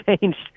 changed